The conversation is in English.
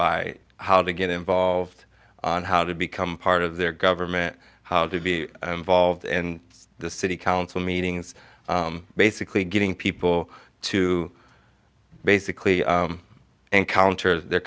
by how to get involved on how to become part of their government how to be involved in the city council meetings basically getting people to basically encounter their